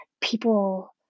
people